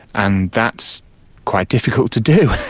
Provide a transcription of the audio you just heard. and that's quite difficult to do.